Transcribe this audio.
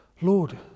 Lord